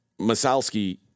Masalski